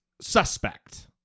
suspect